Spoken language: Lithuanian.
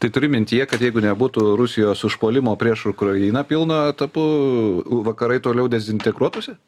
tai turi mintyje kad jeigu nebūtų rusijos užpuolimo prieš ukrainą pilnu etapu vakarai toliau dezintegruotųsi